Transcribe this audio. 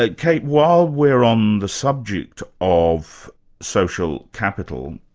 ah kate, while we're on the subject of social capital,